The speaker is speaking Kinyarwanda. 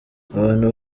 abantu